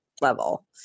level